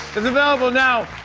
is available now.